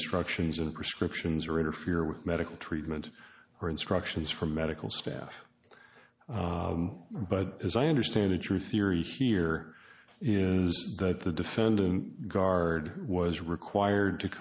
instructions and prescriptions or interfere with medical treatment or instructions from medical staff but as i understand it your theory here is that the defendant guard was required to